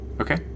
Okay